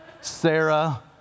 Sarah